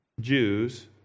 jews